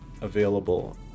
available